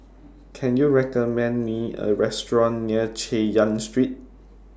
Can YOU recommend Me A Restaurant near Chay Yan Street